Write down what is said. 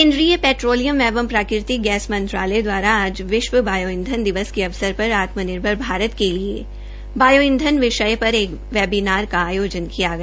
केन्द्रीय पेट्रोलियम एंव प्राकृतिक गैस मंत्रालय दवारा आज विश्व बायो ईंधन दिवस के अवसर पर आत्मनिर्भर भारत के लिए बायोईधन विषय पर एक वेबीनार का आयोजन किया गया